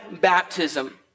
baptism